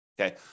Okay